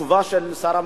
התשובה של שר המשפטים,